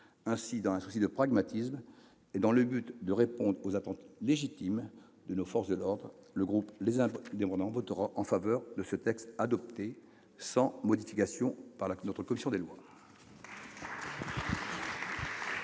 Aussi, dans un souci de pragmatisme et dans le but de répondre aux attentes légitimes de nos forces de l'ordre, le groupe Les Indépendants votera en faveur de ce texte adopté sans modification par notre commission des lois.